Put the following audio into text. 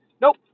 Nope